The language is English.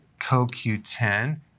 CoQ10